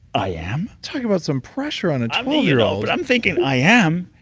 i am? talk about some pressure on a twelve year old but i'm thinking, i am?